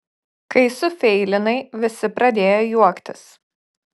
kai sufeilinai visi pradėjo juoktis